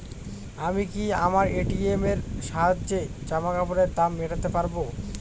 আমি কি আমার এ.টি.এম এর সাহায্যে জামাকাপরের দাম মেটাতে পারব?